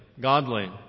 godly